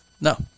No